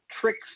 Tricks